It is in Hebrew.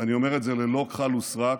אני אומר את זה ללא כחל ושרק